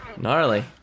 Gnarly